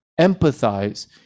empathize